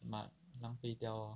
but 浪费掉 loh